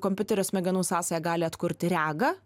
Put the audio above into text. kompiuterio smegenų sąsaja gali atkurti regą